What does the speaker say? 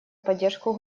поддержку